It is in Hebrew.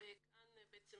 וכאן בעצם